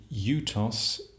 UTOS